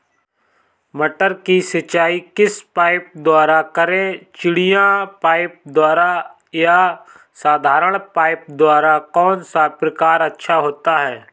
मटर की सिंचाई किस पाइप द्वारा करें चिड़िया पाइप द्वारा या साधारण पाइप द्वारा कौन सा प्रकार अच्छा होता है?